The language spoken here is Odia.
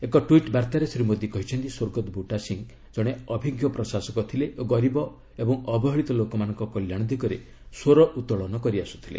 ଏକ ଟ୍ୱିଟ୍ ବାର୍ତ୍ତାରେ ଶ୍ରୀ ମୋଦି କହିଛନ୍ତି ସ୍ୱର୍ଗତଃ ବୁଟା ସିଂହ ଜଣେ ଅଭିଜ୍ଞ ପ୍ରଶାସକ ଥିଲେ ଓ ଗରିବ ଓ ଅବହେଳିତ ଲୋକାମାନଙ୍କ କଲ୍ୟାଣ ଦିଗରେ ସ୍ୱର ଉତ୍ତୋଳନ କରିଆସୁଥିଲେ